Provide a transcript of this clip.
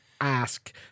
ask